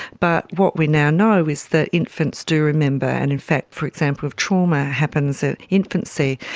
but what we now know is that infants do remember, and in fact for example if trauma happens at infancy,